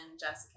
Jessica